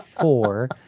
four